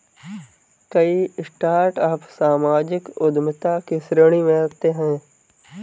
कई स्टार्टअप सामाजिक उद्यमिता की श्रेणी में आते हैं